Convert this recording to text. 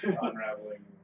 Unraveling